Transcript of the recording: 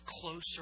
closer